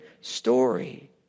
story